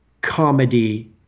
comedy